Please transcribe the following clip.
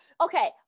Okay